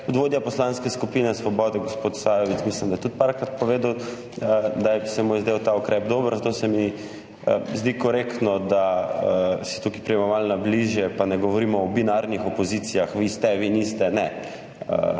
vodja Poslanske skupine Svoboda gospod Sajovic mislim, da je tudi nekajkrat povedal, da se mu je zdel ta ukrep dober. Zato se mi zdi korektno, da si tu pridemo malo bližje pa ne govorimo o binarnih opozicijah, vi ste, vi niste – ne,